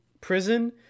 prison